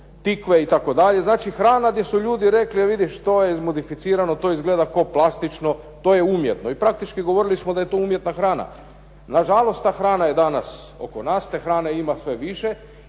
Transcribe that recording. tikve itd. Znači hrana gdje su ljudi rekli, evo vidiš to je izmodificirano, to izgleda kao plastično, to je umjetno i praktički govorili smo da je to umjetna hrana. Na žalost ta hrana je danas oko nas, te hrane ima sve više